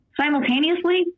Simultaneously